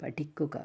പഠിക്കുക